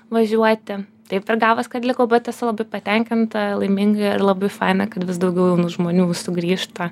važiuoti taip ir gavos kad likau bet esu labai patenkinta laiminga ir labai faina kad vis daugiau jaunų žmonių sugrįžta